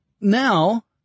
now